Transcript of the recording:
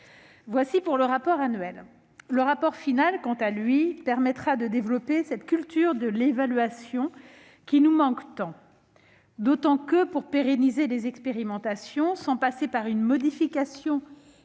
ces expérimentations. Le rapport final, quant à lui, permettra de développer cette culture de l'évaluation qui nous manque tant, d'autant que, pour pérenniser les expérimentations, sans passer par une modification